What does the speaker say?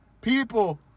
People